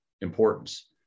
importance